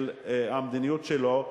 המדיניות שלו,